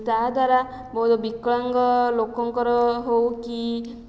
ତା'ଦ୍ୱାରା ବହୁତ ବିକଳାଙ୍ଗ ଲୋକଙ୍କର ହେଉ କି